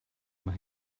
mae